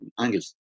angles